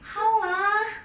how ah